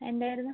എന്തായിരുന്നു